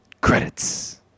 Credits